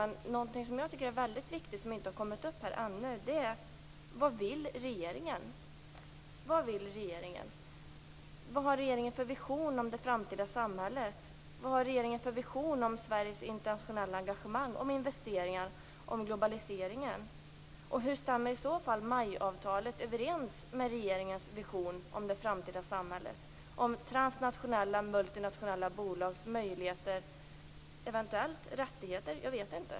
Något som jag tycker är väldigt viktigt, och som inte har kommit upp här ännu, är vad regeringen vill. Vad vill regeringen? Vad har regeringen för vision om det framtida samhället? Vad har regeringen för vision om Sveriges internationella engagemang, om investeringar och om globaliseringen? Hur stämmer MAI-avtalet överens med regeringens vision om det framtida samhället? Vad har transnationella och multinationella bolag för möjligheter, och eventuellt rättigheter? Jag vet inte.